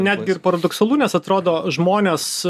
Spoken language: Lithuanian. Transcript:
netgi ir paradoksalu nes atrodo žmonės